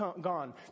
gone